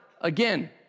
again